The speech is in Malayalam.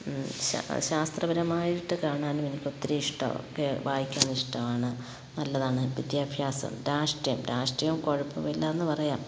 ശാ ശാസ്ത്രപരമായിട്ടു കാണാനും എനിക്കൊത്തിരി ഇഷ്ടമാ ഒക്കെ വായിക്കാനിഷ്ടമാണ് നല്ലതാണ് വിദ്യാഭ്യാസം രാഷ്ട്രീയം രാഷ്ട്രീയം കുഴപ്പമില്ലെന്നു പറയാം